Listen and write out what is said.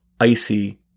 icy